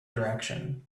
direction